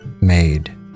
made